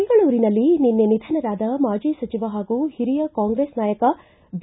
ಬೆಂಗಳೂರಿನಲ್ಲಿ ನಿನ್ನೆ ನಿಧನರಾದ ಮಾಜಿ ಸಚಿವ ಹಾಗೂ ಹಿರಿಯ ಕಾಂಗ್ರೆಸ್ ನಾಯಕ ಬಿ